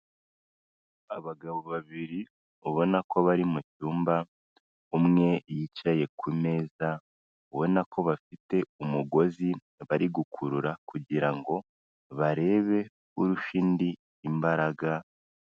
Abagabo babiri ubona ko bari mu cyumba, umwe yicaye ku meza, ubonabko bafite umugozi bari gukurura kugirango ngo barebe urusha undi imbaraga.